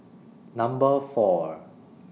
Number four